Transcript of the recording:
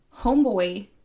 homeboy